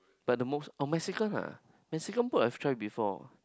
but the most oh Mexican ah Mexican put a try before